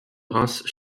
reims